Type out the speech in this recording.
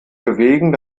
bewegen